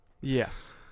Yes